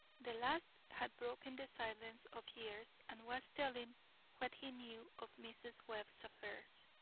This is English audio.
the last had broken the silence of years, and was telling what he knew of mrs. webb's affairs.